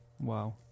Wow